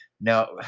now